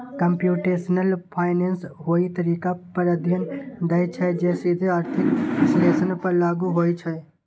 computational finance ओइ तरीका पर ध्यान दै छै, जे सीधे आर्थिक विश्लेषण पर लागू होइ छै